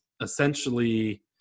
essentially